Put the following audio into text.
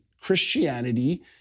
Christianity